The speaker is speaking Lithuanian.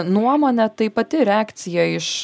nuomone tai pati reakcija iš